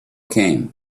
came